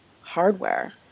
hardware